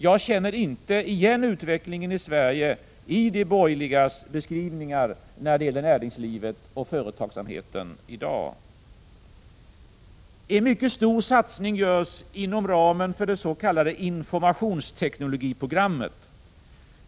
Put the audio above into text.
Jag känner inte igen utvecklingen i Sverige i de borgerligas beskrivningar av näringslivet och företagsamheten i dag. En mycket stor satsning görs inom ramen för det s.k. informationsteknologiprogrammet.